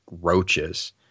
roaches